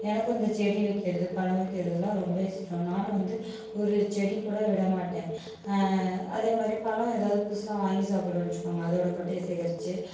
எனக்கு வந்து இந்த செடி வைக்கிறது பழம் வைக்கிறதுலாம் ரொம்ப இஷ்டம் நானும் வந்து ஒரு செடி கூட விடமாட்டேன் அதேமாதிரி பழம் ஏதாவது புதுசாக வாங்கி சாப்பிடுறோனு வச்சுக்கோங்க அதோட கொட்டையை சேகரிச்சு